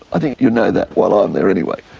i think you know that, while i'm there anyway.